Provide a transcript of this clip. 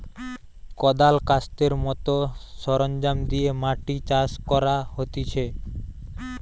কদাল, কাস্তের মত সরঞ্জাম দিয়ে মাটি চাষ করা হতিছে